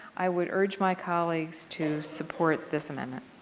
i would urge my colleagues to support this amendment.